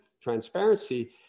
transparency